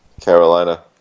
Carolina